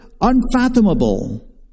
unfathomable